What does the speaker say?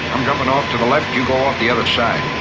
i'm jumping off to the left. you go off the other side.